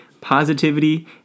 positivity